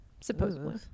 Supposedly